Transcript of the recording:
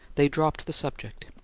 they dropped the subject,